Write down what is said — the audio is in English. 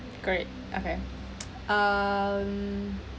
great okay um